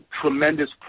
tremendous